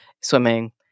swimming